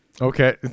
Okay